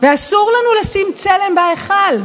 ואסור לנו לשים צלם בהיכל.